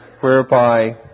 whereby